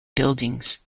buildings